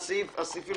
אין סעיפים 2 ו-2א,